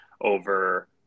over